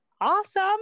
awesome